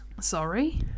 Sorry